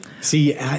See